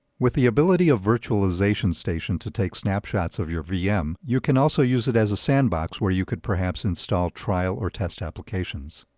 with the ability of virtualization station to take snapshots of your vm, you can also use it as a sandbox where you could perhaps install trial or test applications.